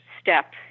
step